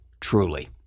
truly